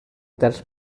terç